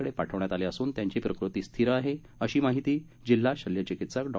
कडे पाठविण्यात आले असून त्यांची प्रकृती स्थिर आहे अशी माहिती जिल्हा शल्यचिकीत्सक डॉ